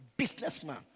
businessman